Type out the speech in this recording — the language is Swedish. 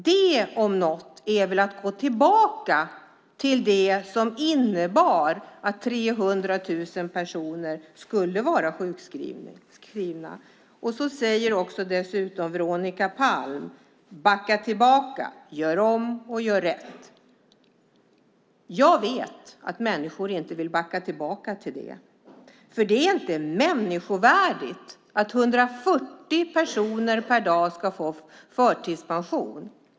Det om något är väl att gå tillbaka till det som innebar att 300 000 personer var sjukskrivna. Veronica Palm säger: Backa tillbaka, gör om och gör rätt. Jag vet att människor inte vill backa tillbaka till det. Det är inte människovärdigt att 140 personer per dag ska behöva gå i förtidspension.